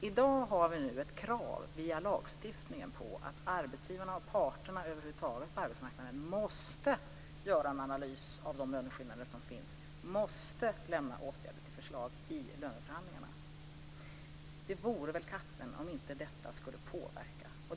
I dag har vi nu via lagstiftningen ett krav på att arbetsgivarna och parterna på arbetsmarknaden måste göra en analys av de löneskillnader som finns och måste lämna förslag till åtgärder i löneförhandlingarna. Det vore väl katten om inte detta skulle påverka.